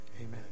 Amen